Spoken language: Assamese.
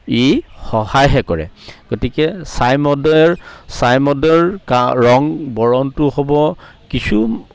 ই সহায়হে কৰে গতিকে ছাই মদৰ ছাই মদৰ কা ৰং বৰণটো হ'ব কিছু